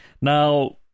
Now